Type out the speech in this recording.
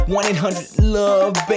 1-800-LOVE-BABY